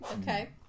Okay